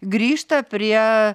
grįžta prie